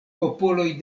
popoloj